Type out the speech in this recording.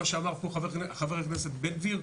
מה שאמר פה ח"כ בן גביר,